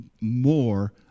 more